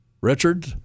Richard